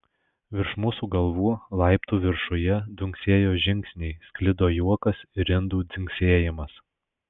virš mūsų galvų laiptų viršuje dunksėjo žingsniai sklido juokas ir indų dzingsėjimas